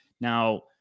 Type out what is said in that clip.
now